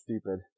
stupid